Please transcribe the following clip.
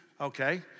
okay